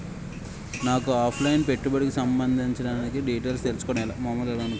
నాకు offline పెట్టుబడి పెట్టడానికి సంబందించిన డీటైల్స్ తెలుసుకోవడం ఎలా?